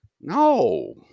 No